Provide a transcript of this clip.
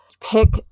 pick